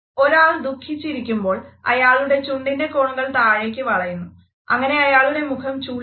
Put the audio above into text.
ഒരാൾ ദുഖിച്ചിരിക്കുമ്പോൾ അയാളുടെ ചുണ്ടിന്റെ കോണുകൾ താഴേയ്ക്ക് വളയുന്നു അങ്ങനെ അയാളുടെ മുഖം ചുളിയുന്നു